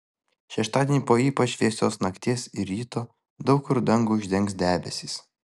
šeštadienį po ypač vėsios nakties ir ryto daug kur dangų uždengs debesys